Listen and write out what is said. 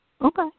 Okay